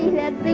that